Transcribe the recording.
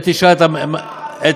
את